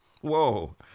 whoa